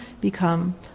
become